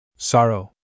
Sorrow